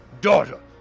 Daughter